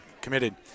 committed